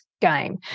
game